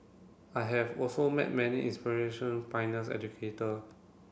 I have also met many inspiration pioneers educator